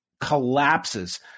collapses